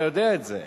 אתה יודע את זה.